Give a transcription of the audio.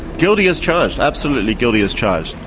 guilty as charged, absolutely guilty as charged.